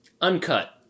Uncut